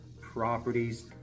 properties